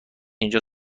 اینجا